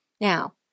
Now